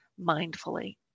mindfully